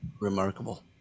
Remarkable